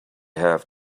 have